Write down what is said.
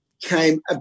came